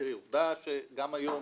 העובדה שגם היום